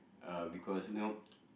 uh because you know